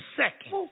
second